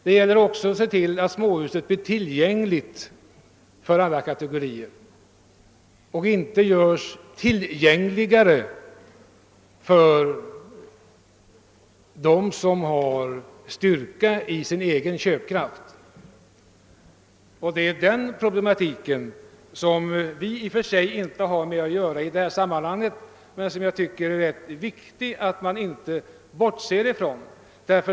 Det gäller vidare att se till att småhuset blir tillgängligt för alla kategorier och inte görs tillgängligare för dem som har styrka i sin egen köpkraft. Den problematiken har vi i och för sig inte att behandla i detta sammanhang, men jag tycker det är viktigt att vi inte bortser från den.